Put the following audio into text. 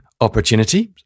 opportunity